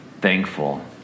thankful